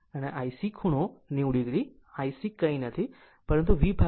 એ જ રીતે ICIC ખૂણો 90 o IC કંઈ નથી પરંતુ VXC